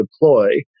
deploy